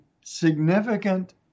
significant